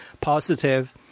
positive